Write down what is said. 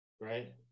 right